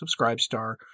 Subscribestar